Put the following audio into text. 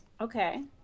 Okay